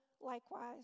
likewise